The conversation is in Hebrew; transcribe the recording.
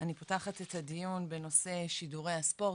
אני פותחת את הדיון בנושא שידור הספורט,